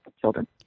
children